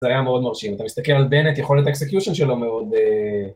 זה היה מאוד מרשים, אתה מסתכל על בנט, יכולת האקסקיושן שלו מאוד...